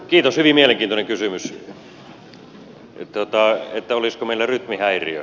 kiitos hyvin mielenkiintoinen kysymys että olisiko meillä rytmihäiriö